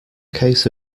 case